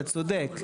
אתה צודק,